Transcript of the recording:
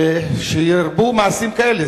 ושירבו מעשים כאלה.